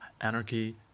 Anarchy